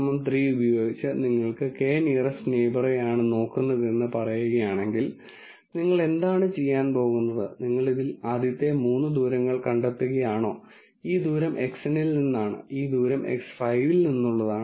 k 3 ഉപയോഗിച്ച് നിങ്ങൾ k nearest നെയ്യിബറെയാണ് നോക്കുന്നതെന്ന് പറയുകയാണെങ്കിൽ നിങ്ങൾ എന്താണ് ചെയ്യാൻ പോകുന്നത് നിങ്ങൾ ഇതിൽ ആദ്യത്തെ മൂന്ന് ദൂരങ്ങൾ കണ്ടെത്തുകയാണോ ഈ ദൂരം Xn ൽ നിന്നാണ് ഈ ദൂരം X5 ൽ നിന്നുള്ളതാണ്